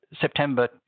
September